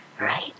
Right